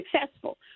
successful